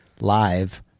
live